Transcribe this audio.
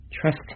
Trust